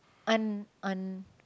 un~ un~